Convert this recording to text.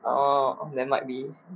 oh then might be